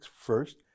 first